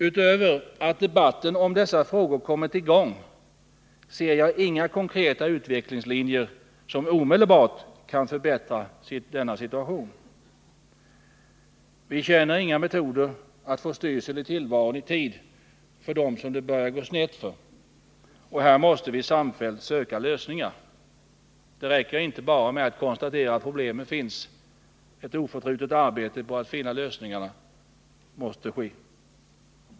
Utöver det positiva att debatten om dessa frågor kommit i gång ser jag inga konkreta utvecklingslinjer som omedelbart kan förbättra denna situation. Vi känner inga metoder att i tid få styrsel i tillvaron för dem som det börjar gå snett för. Här måste vi samfällt söka lösningar. Det räcker inte med att bara konstatera att problemen finns — ett oförtrutet arbete på att finna lösningarna måste till.